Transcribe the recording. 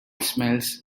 smells